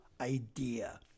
idea